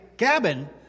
cabin